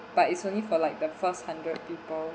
but it's only for like the first hundred people